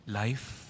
life